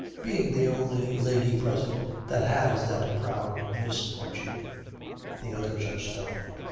being the only lady present that has that proud misfortune the others are stung.